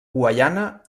guaiana